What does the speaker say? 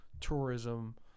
tourism